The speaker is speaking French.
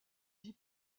vie